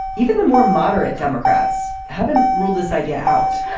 even the more moderate democrats haven't ruled this idea out.